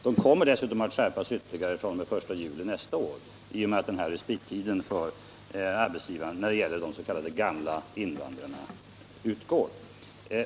—- Dock kommer de att dessutom skärpas ytterligare fr.o.m. den 1 juli nästa år genom att respittiden utgår för arbetsgivarna att meddela undervisning till de s.k. gamla invandrarna.